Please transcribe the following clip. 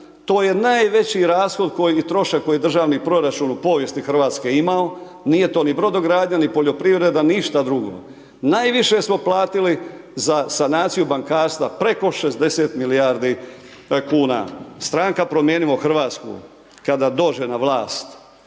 To je najveći rashod, trošak kojeg je državni proračun u povijesti RH imao, nije to ni brodogradnja, ni poljoprivreda, ništa drugo. Najviše smo platili za sanaciju bankarstva, preko 60 milijardi kuna. Stranka Promijenimo Hrvatsku kada dođe na vlast,